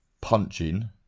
punching